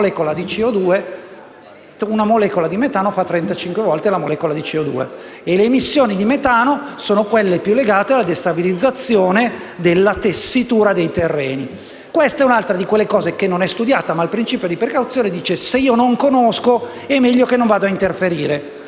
35 volte più grande di quello di una molecola di CO2 e le emissioni di metano sono quelle più legate alla destabilizzazione della tessitura dei terreni. Questa è un'altra delle cose che non è studiata, ma il principio di precauzione dice che se io non conosco è meglio che non vada a interferire.